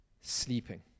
sleeping